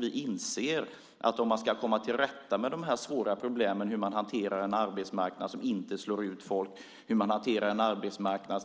Vi inser att man måste komma till rätta med de svåra problemen med hur man hanterar en arbetsmarknad som inte slår ut folk, en arbetsmarknad